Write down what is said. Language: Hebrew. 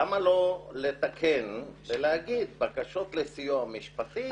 למה לא לתקן ולהגיד שבקשות לסיוע משפטי